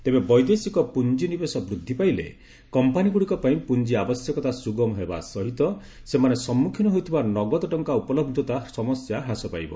ତେବେ ବୈଦେଶିକ ପୁଞ୍ଜିନିବେଶ ବୃଦ୍ଧି ପାଇଲେ କମ୍ପାନୀଗୁଡ଼ିକ ପାଇଁ ପୁଞ୍ଜି ଆବଶ୍ୟକତା ସୁଗମ ହେବା ସହିତ ସେମାନେ ସମ୍ମୁଖୀନ ହେଉଥିବା ନଗଦ ଟଙ୍କା ଉପଲବ୍ଧତା ସମସ୍ୟା ହ୍ରାସ ପାଇବ